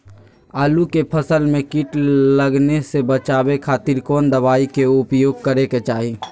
आलू के फसल में कीट लगने से बचावे खातिर कौन दवाई के उपयोग करे के चाही?